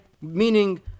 Meaning